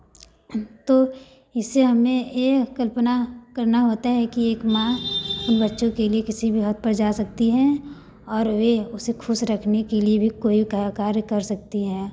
तो इससे हमें यह कल्पना करना होता है कि एक माँ बच्चों के लिए किसी भी हद तक जा सकती हैं और वह उसे खुश रखने के लिए भी कोई का कार्य कर सकती है